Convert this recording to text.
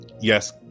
yes